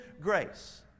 grace